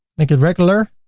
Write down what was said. make it regular,